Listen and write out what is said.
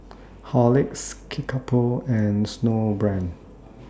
Horlicks Kickapoo and Snowbrand